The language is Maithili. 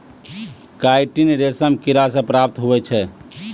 काईटिन रेशम किड़ा से प्राप्त हुवै छै